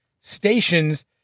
stations